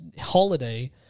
holiday